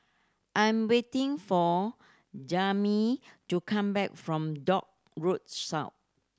I am waiting for Jazmyne to come back from Dock Road South